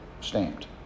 stamped